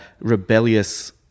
rebellious